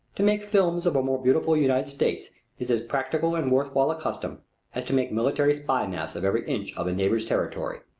to make films of a more beautiful united states is as practical and worth while a custom as to make military spy maps of every inch of a neighbor's territory,